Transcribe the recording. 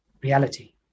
reality